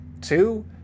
two